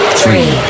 three